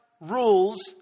rules